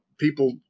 People